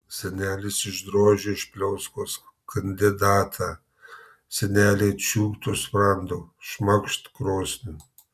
senelis išdrožė iš pliauskos kandidatą senelė čiūpt už sprando šmakšt krosnin